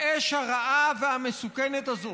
האש הרעה והמסוכנת הזאת,